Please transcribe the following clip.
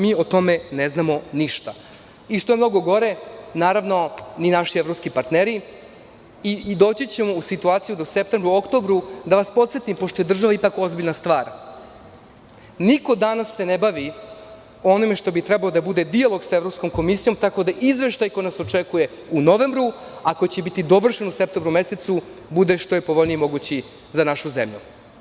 Mi o tome ne znamo ništa i, što je mnogo gore, ni naši evropski partneri i doći ćemo u situaciju da u septembru, oktobru, da vas podsetim, pošto je država ipak ozbiljna stvar, niko danas se ne bavi onim što bi trebalo da bude dijalog sa Evropskom komisijom, tako da izveštaj koji nas očekuje u novembru, a koji će biti dovršen u septembru mesecu, bude što je povoljniji mogući za našu zemlju.